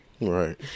Right